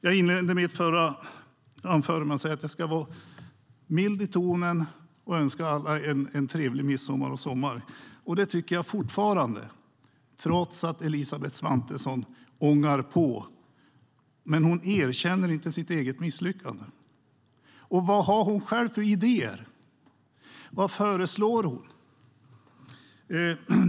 Jag inledde mitt förra anförande med att säga att jag ska vara mild i tonen och önska alla en trevlig midsommar och sommar. Det tycker jag fortfarande, trots att Elisabeth Svantesson ångar på. Men hon erkänner inte sitt eget misslyckande. Vad har hon själv för idéer? Vad föreslår hon?